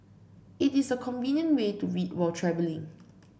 it is a convenient way to read while travelling